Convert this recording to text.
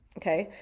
okay?